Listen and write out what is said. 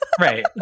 Right